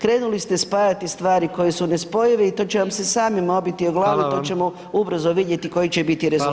Krenuli ste spajati stvari koje su nespojive i to će vam se samima obiti o glavu, to ćemo [[Upadica: Hvala vam.]] ubrzo vidjeti koji će biti rezultat.